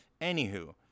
Anywho